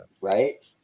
Right